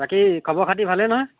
বাকী খবৰ খাতি ভালেই নহয়